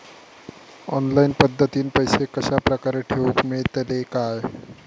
Online पद्धतीन पैसे कश्या प्रकारे ठेऊक मेळतले काय?